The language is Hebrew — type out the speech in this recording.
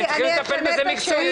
שהם צריכים לטפל בזה מקצועית.